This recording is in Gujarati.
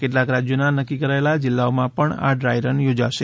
કેટલાક રાજ્યોના નક્કી કરાયેલા જીલ્લાઓમાં પણ આ ડ્રાય રન યોજાશે